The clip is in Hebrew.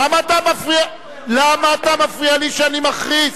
למה אתה מפריע לי כשאני מכריז?